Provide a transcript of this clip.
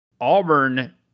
Auburn